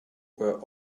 were